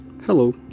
Hello